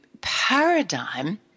paradigm